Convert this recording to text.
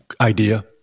idea